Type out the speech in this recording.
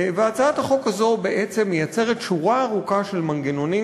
והצעת החוק הזו בעצם מייצרת שורה ארוכה של מנגנונים